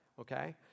okay